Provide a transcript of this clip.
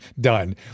done